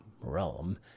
realm